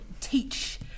teach